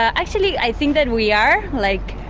actually i think that we are, like,